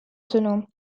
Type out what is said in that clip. sõnum